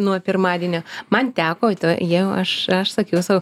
nuo pirmadienio man teko jau aš aš sakiau sau